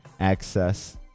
access